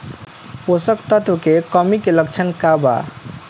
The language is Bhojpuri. पोषक तत्व के कमी के लक्षण का वा?